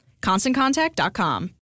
ConstantContact.com